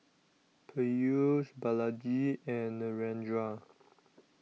Peyush Balaji and Narendra